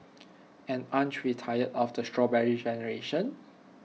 and aren't we tired of the Strawberry Generation